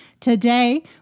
Today